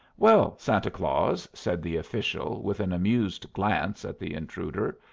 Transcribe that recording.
well, santa claus, said the official, with an amused glance at the intruder,